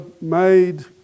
made